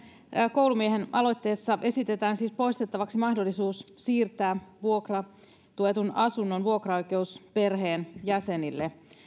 koulumiehen aloitteessa esitetään siis poistettavaksi mahdollisuus siirtää vuokratuetun asunnon vuokraoikeus perheenjäsenille